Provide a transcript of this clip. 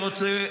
רוצה.